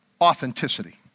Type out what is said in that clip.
authenticity